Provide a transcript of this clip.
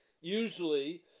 usually